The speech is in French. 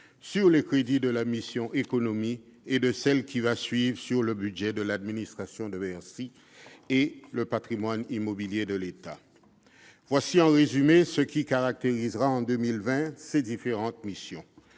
sur les crédits de la mission « Économie » et celle qui suivra sur le budget des administrations de Bercy et le patrimoine immobilier de l'État. Voici, en résumé, ce qui caractérisera ces différentes missions